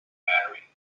battery